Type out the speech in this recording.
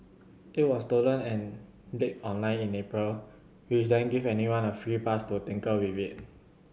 it was stolen and leaked online in April which then gave anyone a free pass to tinker with it